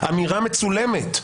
אמירה מצולמת,